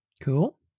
cool